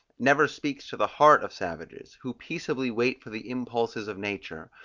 never speaks to the heart of savages, who peaceably wait for the impulses of nature,